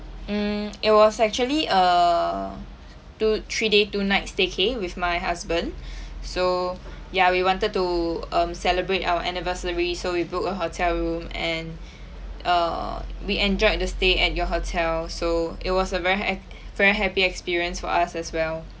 mm it was actually a two three day two night stay cay~ with my husband so ya we wanted to um celebrate our anniversary so we book a hotel room and err we enjoyed the stay at your hotel so it was a very ha~ very happy experience for us as well